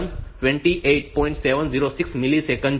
706 millisecond છે